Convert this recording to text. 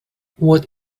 what